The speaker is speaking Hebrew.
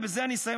ובזה אני אסיים,